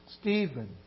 Stephen